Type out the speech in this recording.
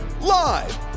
Live